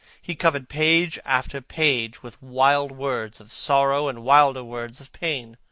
he covered page after page with wild words of sorrow and wilder words of pain.